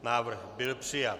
Návrh byl přijat.